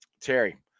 Terry